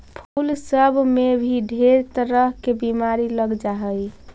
फूल सब में भी ढेर तरह के बीमारी लग जा हई